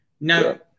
Now